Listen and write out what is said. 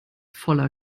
voller